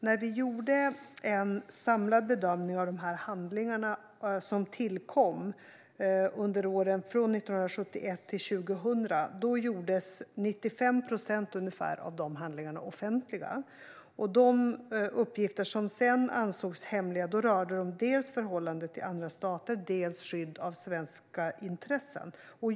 När vi gjorde en samlad bedömning av de handlingar som tillkommit mellan åren 1971 och 2000 gjordes ungefär 95 procent av dem offentliga. De uppgifter som fortsatt skulle anses hemliga rörde dels förhållandet till andra stater, dels skydd av svenska intressen.